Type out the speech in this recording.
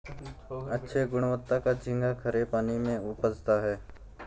अच्छे गुणवत्ता का झींगा खरे पानी में उपजता है